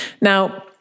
now